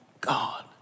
God